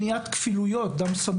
לא לעשות כפילויות של בדיקות.